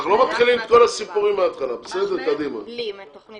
אנחנו לא מתחילים את כל הסיפורים מההתחלה.